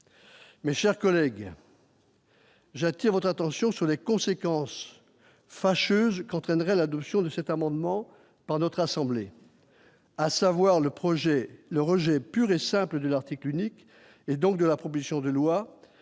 mes chers collègues. J'attire votre attention sur les conséquences fâcheuses qu'entraînerait l'adoption de cet amendement par notre assemblée, à savoir le projet le rejet pur et simple de l'article unique et donc de la proposition de loi